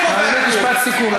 משפט סיכום,